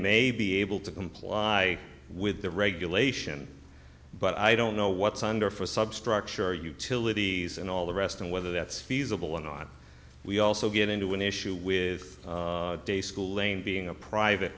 may be able to comply with the regulation but i don't know what's under for substructure utilities and all the rest and whether that's feasible or not we also get into an issue with a school lane being a private